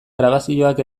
grabazioak